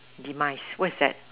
demise what's that